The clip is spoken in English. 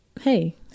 Hey